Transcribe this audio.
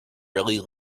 really